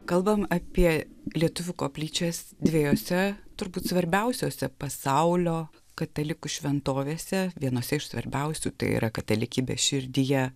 kalbam apie lietuvių koplyčias dviejose turbūt svarbiausiose pasaulio katalikų šventovėse vienose iš svarbiausių tai yra katalikybės širdyje